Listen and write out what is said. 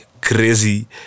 crazy